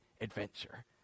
adventure